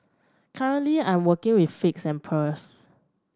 currently I'm working with figs and pears